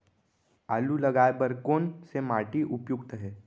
आलू लगाय बर कोन से माटी उपयुक्त हे?